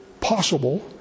possible